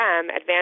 advance